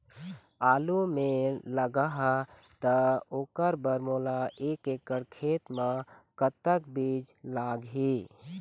आलू मे लगाहा त ओकर बर मोला एक एकड़ खेत मे कतक बीज लाग ही?